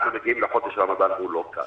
אנחנו מגיעים לחוד רמדאן והוא לא קל.